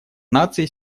наций